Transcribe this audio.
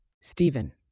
Stephen